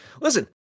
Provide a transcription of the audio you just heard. Listen